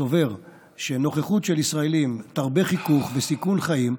סובר שנוכחות של ישראלים תרבה חיכוך וסיכון חיים,